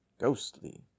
Ghostly